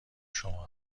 شما